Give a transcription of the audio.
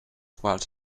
quals